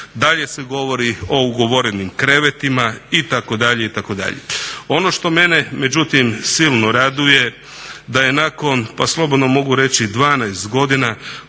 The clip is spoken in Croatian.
Dalje se govori u ugovorenim krevetima itd., itd. Ono što mene međutim silno raduje da je nakon pa slobodno mogu reći 12 godina,